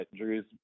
Drew's